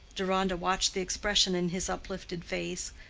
deronda, watching the expression in his uplifted face,